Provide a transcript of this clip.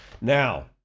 Now